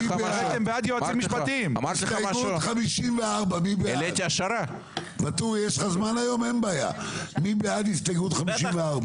אבל כשהלב שלך ביצע את הפעימה אני הייתי על המסלול כדי לעצור אותך.